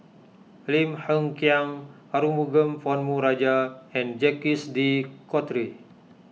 Lim Hng Kiang Arumugam Ponnu Rajah and Jacques De Coutre